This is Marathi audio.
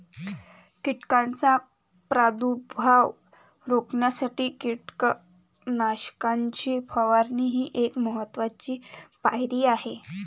कीटकांचा प्रादुर्भाव रोखण्यासाठी कीटकनाशकांची फवारणी ही एक महत्त्वाची पायरी आहे